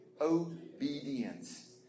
obedience